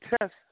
test